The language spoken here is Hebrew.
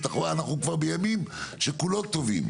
אנחנו בימים שכולם טובים.